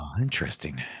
interesting